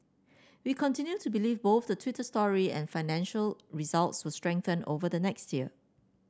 we continue to believe both the Twitter story and financial results will strengthen over the next year